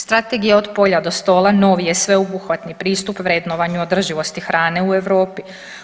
Strategija „Od polja do stola“ novi je sveobuhvatni pristup vrednovanju održivosti hrane u Europi.